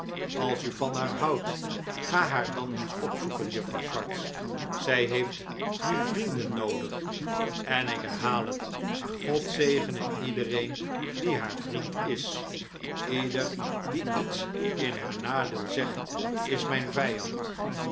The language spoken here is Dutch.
als u van haar houdt ga haar dan eens opzoeken juffrouw swartz zij heeft nu vrienden noodig en ik herhaal het god zegene iedereen die haar vriend is ieder die iets in haar nadeel zegt is mijn vijand